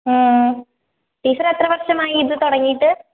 മ്മ് teacher എത്ര വർഷമായി ഇത് തുടങ്ങിയിട്ട്